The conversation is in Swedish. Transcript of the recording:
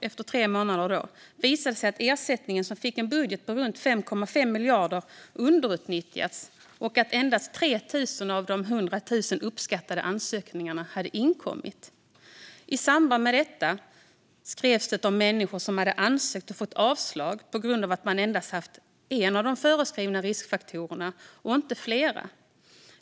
Efter tre månader visade det sig att ersättningen, som fick en budget på runt 5,5 miljarder, underutnyttjats och att endast 3 000 av de uppskattade 100 000 ansökningarna hade inkommit. I samband med detta skrevs det om människor som hade ansökt och fått avslag på grund av att man endast hade en av de föreskrivna riskfaktorerna och inte flera.